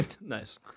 Nice